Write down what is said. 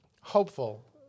hopeful